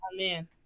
Amen